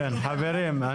כן, חברים.